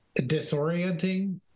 disorienting